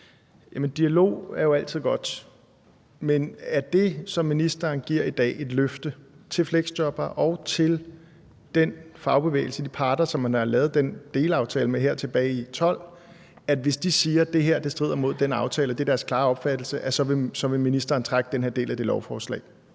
Dialog er jo altid godt. Men er det, ministeren giver i dag, et løfte til fleksjobbere og til fagbevægelsen, altså de parter, som man har lavet den her delaftale med tilbage i 2012, om, at hvis de siger, at det her strider imod den aftale, og at det er deres klare opfattelse, så vil ministeren trække den her del af lovforslaget